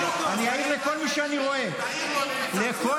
חבר